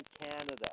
Canada